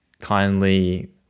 kindly